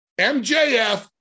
MJF